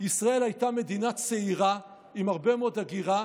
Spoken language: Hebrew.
ישראל הייתה מדינה צעירה עם הרבה מאוד הגירה,